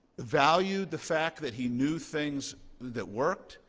valued the fact that he knew things that worked,